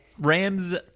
rams